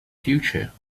future